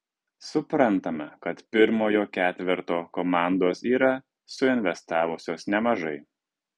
suprantame kad pirmojo ketverto komandos yra suinvestavusios nemažai